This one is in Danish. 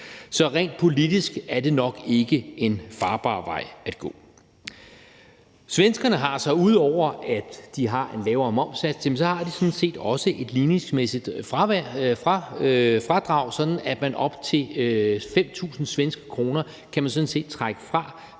Så rent politisk er det nok ikke en farbar vej at gå. Svenskerne har så, ud over at de har en lavere momssats, også et ligningsmæssigt fradrag, sådan at man sådan set kan trække op